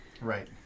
Right